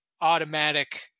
automatic